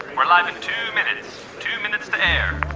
we're live in two minutes two minutes to air